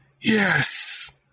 Yes